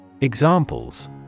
Examples